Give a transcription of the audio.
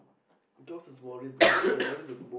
what is this though what is the what is the most